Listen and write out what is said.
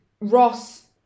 Ross